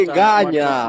ganya